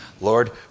Lord